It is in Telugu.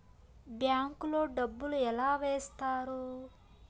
బ్యాంకు లో డబ్బులు ఎలా వేస్తారు